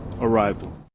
arrival